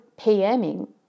PMing